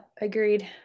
agreed